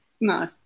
no